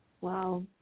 Wow